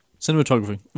cinematography